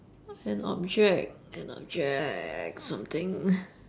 an object an object something